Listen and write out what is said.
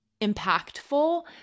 impactful